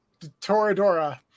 Toradora